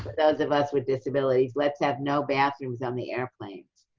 those of us with disabilities, let's have no bathrooms on the airplanes.